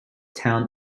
town